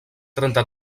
trenta